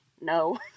no